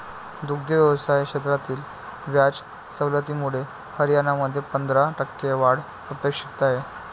दुग्ध व्यवसाय क्षेत्रातील व्याज सवलतीमुळे हरियाणामध्ये पंधरा टक्के वाढ अपेक्षित आहे